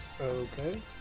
Okay